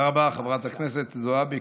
תודה רבה, חברת הכנסת זועבי.